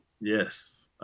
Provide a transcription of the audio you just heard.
Yes